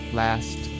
last